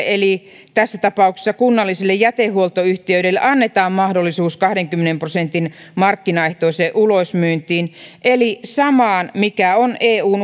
eli tässä tapauksessa kunnallisille jätehuoltoyhtiöille annetaan mahdollisuus kahdenkymmenen prosentin markkinaehtoiseen ulosmyyntiin eli samaan joka on eun